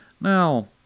Now